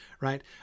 right